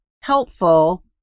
helpful